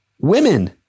women